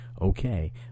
okay